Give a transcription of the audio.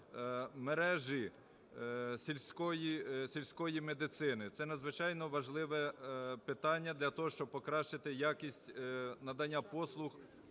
мережі сільської медицини. Це надзвичайно важливе питання для того, щоб покращити якість надання послуг